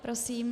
Prosím.